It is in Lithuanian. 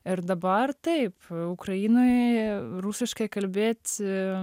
ir dabar taip ukrainoj rusiškai kalbėti